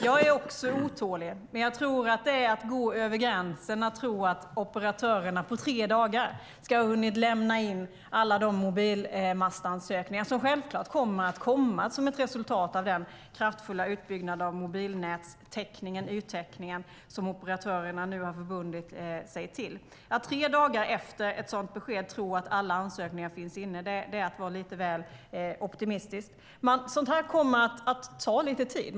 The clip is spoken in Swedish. Jag är också otålig, men jag tror att det är att gå över gränsen att tro att operatörerna på tre dagar ska ha hunnit lämna in alla de mobilmastansökningar som självklart kommer att komma som ett resultat av den kraftfulla utbyggnad av mobilnätstäckningen, yttäckningen, som operatörerna nu har förbundit sig till. Att tre dagar efter ett sådant besked tro att alla ansökningar finns inne är att vara lite väl optimistisk. Sådant här kommer att ta lite tid.